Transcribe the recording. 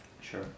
Sure